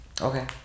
okay